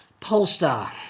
Polestar